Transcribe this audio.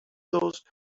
those